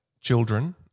children